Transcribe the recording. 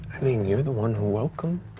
i mean, you're the one who woke him.